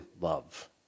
love